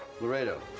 Laredo